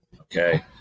okay